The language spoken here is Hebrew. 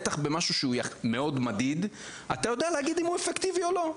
בטח במשהו שהוא מאוד מדיד אתה יודע להגיד אם הוא אפקטיבי או לא.